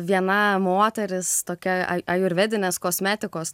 viena moteris tokia ai ajurvedinės kosmetikos